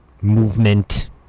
movement